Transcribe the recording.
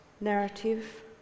narrative